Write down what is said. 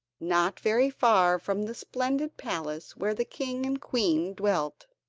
not very far from the splendid palace where the king and queen dwelt.